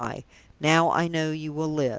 now i know you will live.